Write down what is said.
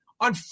on